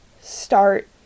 start